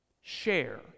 Share